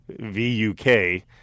V-U-K